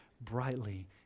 brightly